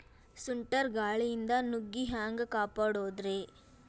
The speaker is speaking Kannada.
ಸುಂಟರ್ ಗಾಳಿಯಿಂದ ನುಗ್ಗಿ ಹ್ಯಾಂಗ ಕಾಪಡೊದ್ರೇ?